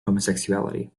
homosexuality